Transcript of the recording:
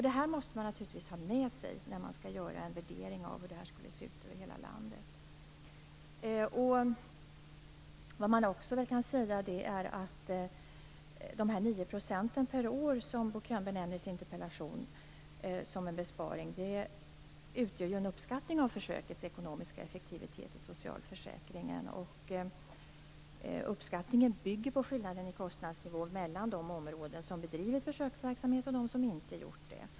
Det måste man ha med sig när man skall göra en värdering av detta för hela landet. De 9 % per år som Bo Könberg nämner som en besparing i sin interpellation utgör ju en uppskattning av försökens ekonomiska effektivitet i socialförsäkringen. Uppskattningen bygger på skillnaden i kostnadsnivå mellan de områden som bedriver försöksverksamhet och de som inte har gjort det.